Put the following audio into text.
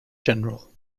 general